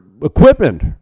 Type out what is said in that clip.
Equipment